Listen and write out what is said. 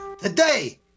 today